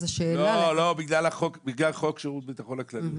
לא, בגלל חוק שירות ביטחון כללי.